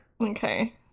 Okay